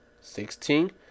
sixteen